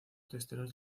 testeros